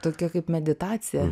tokia kaip meditacija